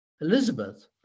Elizabeth